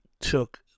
took